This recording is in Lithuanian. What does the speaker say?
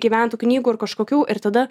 gyventų knygų ir kažkokių ir tada